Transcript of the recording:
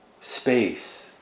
space